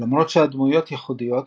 למרות שהדמויות ייחודיות,